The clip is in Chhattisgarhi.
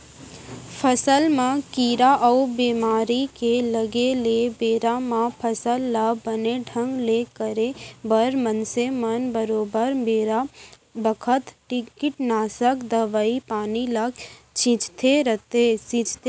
फसल म कीरा अउ बेमारी के लगे ले बेरा म फसल ल बने ढंग ले करे बर मनसे मन बरोबर बेरा बखत कीटनासक दवई पानी ल छींचत रथें